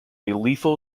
lethal